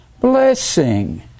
blessing